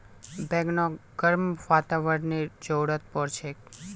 बैगनक गर्म वातावरनेर जरुरत पोर छेक